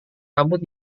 rambut